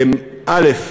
א.